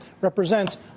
represents